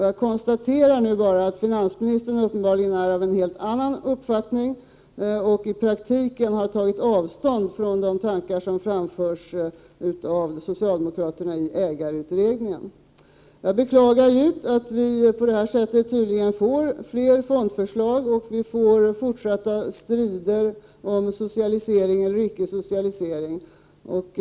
Jag konstaterar nu bara att finansministern uppenbarligen är av en helt annan uppfattning och i praktiken har tagit avstånd från de tankar som framförs av socialdemokraterna i ägarutredningen. Jag beklagar djupt att vi på detta sätt tydligen får fler fondförslag och fortsatta strider om socialisering eller icke socialisering.